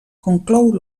conclou